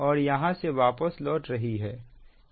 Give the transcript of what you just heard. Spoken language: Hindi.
और यहां से वापस लौट रही है